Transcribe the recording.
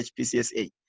HPCSA